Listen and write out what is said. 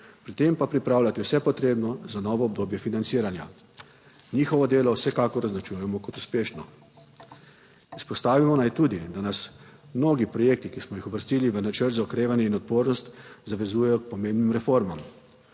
pri tem pa pripravljati vse potrebno za novo obdobje financiranja. Njihovo delo vsekakor označujemo kot uspešno. Izpostavimo naj tudi, da nas mnogi projekti, ki smo jih uvrstili v Načrt za okrevanje in odpornost, zavezujejo k pomembnim reformam,